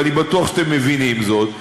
ואני בטוח שאתם מבינים זאת,